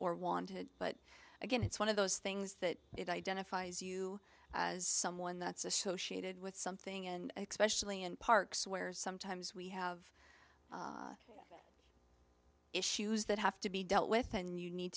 or wanted but again it's one of those things that it identifies you as someone that's associated with something in expression a in parks where sometimes we have issues that have to be dealt with and you need